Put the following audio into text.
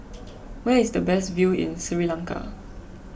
where is the best view in Sri Lanka